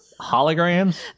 holograms